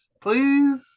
please